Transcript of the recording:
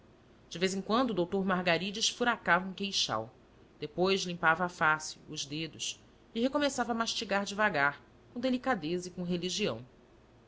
de vez em quando o doutor margaride esfuracava um queixal depois limpava a face os dedos e recomeçava a mastigar devagar com delicadeza e com religião